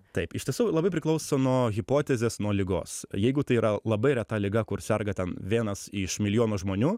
taip iš tiesų labai priklauso nuo hipotezės nuo ligos jeigu tai yra labai reta liga kur serga ten vienas iš milijono žmonių